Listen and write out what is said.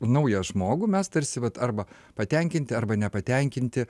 naują žmogų mes tarsi vat arba patenkinti arba nepatenkinti